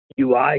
UI